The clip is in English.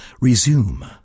resume